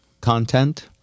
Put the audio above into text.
content